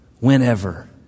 Whenever